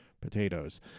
potatoes